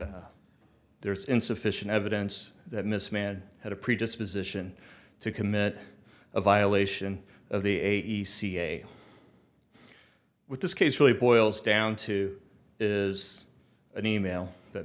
that there is insufficient evidence that miss man had a predisposition to commit a violation of the a t c a with this case really boils down to is an e mail that